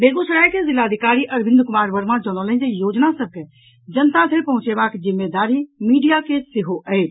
बेगूसराय के जिलाधिकारी अरविंद कुमार वर्मा जनौलनि जे योजना सभ के जनता धरि पहुंचयबाक जिम्मेदारी मीडिया के सेहो अछि